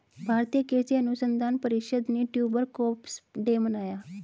भारतीय कृषि अनुसंधान परिषद ने ट्यूबर क्रॉप्स डे मनाया